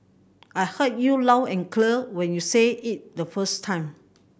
I heard you loud and clear when you said it the first time